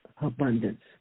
abundance